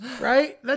Right